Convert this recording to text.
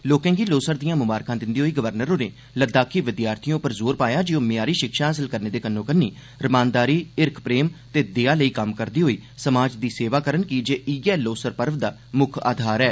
लोकें गी लोसर दिआं ममारखां दिंदे होई गवर्नर होरें लद्दाखी विद्यार्थिएं पर जोर पाया जे ओह मय्यारी शिक्षा हासल करने दे कन्नो कन्नी रमानदारी हिरख प्रेम ते दया लेई कम्म करदे होई समाज दी सेवा करन कीजे इयै लोसर पर्व दा मुक्ख आधार ऐ